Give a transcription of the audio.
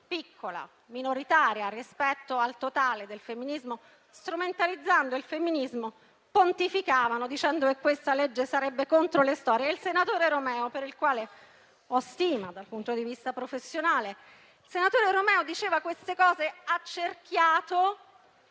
piccola e minoritaria rispetto al totale del femminismo - pontificavano dicendo che questa legge sarebbe contro le donne. Il senatore Romeo, per il quale ho stima dal punto di vista professionale, diceva questo accerchiato